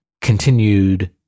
continued